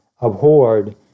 abhorred